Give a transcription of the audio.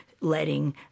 letting